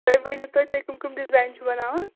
تُہۍ ؤنِو توتہِ تُہۍ کٕم کٕم ڈِزایِن چھُ بَناوان